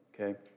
okay